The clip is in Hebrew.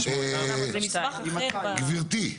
גברתי.